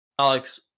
Alex